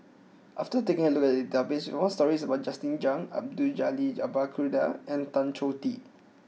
after taking a look at the database we found stories about Justin Zhuang Abdul Jalil Abdul Kadir and Tan Choh Tee